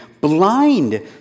blind